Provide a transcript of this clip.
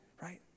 right